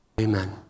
Amen